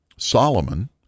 Solomon